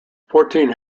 fourteen